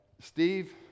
Steve